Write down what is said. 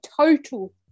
total